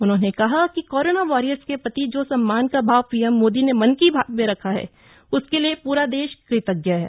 उन्होंने कहा कि कोरोना वॉरियर्स के प्रति जो सम्मान का भाव पीएम मोदी ने मन की बात में रखा है उसके लिए पूरा देश कृतज है